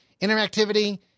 interactivity